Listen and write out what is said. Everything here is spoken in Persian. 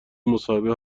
مصاحبه